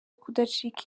kudacika